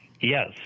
Yes